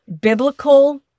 biblical